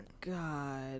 God